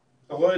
אתה רואה?